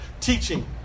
teaching